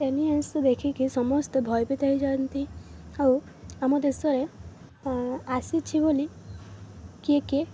aliens ଦେଖିକି ସମସ୍ତେ ଭୟଭୀତ ହେଇଯାଆନ୍ତି ଆଉ ଆମ ଦେଶରେ ଆସିଛି ବୋଲି କିଏ କିଏ